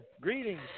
Greetings